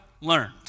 learned